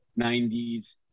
90s